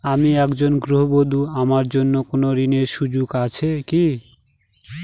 আমি একজন গৃহবধূ আমার জন্য কোন ঋণের সুযোগ আছে কি?